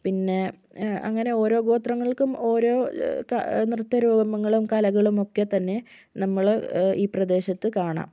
പിന്നെ അങ്ങനെ ഓരോ ഗോത്രങ്ങൾക്കും ഓരോ ക നൃത്തരൂപങ്ങളും കലകളും ഒക്കെത്തന്നെ നമ്മൾ ഈ പ്രദേശത്ത് കാണാം